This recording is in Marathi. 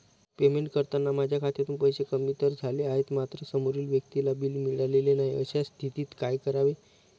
पेमेंट करताना माझ्या खात्यातून पैसे कमी तर झाले आहेत मात्र समोरील व्यक्तीला बिल मिळालेले नाही, अशा स्थितीत काय करावे?